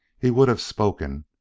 he would have spoken,